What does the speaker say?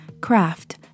craft